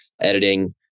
editing